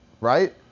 right